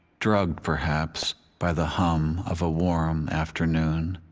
drugged perhaps by the hum of a warm afternoon,